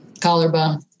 Collarbone